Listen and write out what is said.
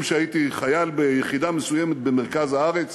שהייתי חייל ביחידה מסוימת במרכז הארץ.